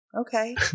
Okay